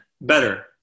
better